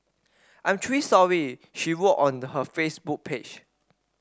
I'm truly sorry she wrote on the her Facebook page